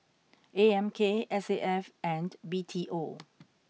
A M K S A F and B T O